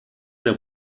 der